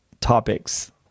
topics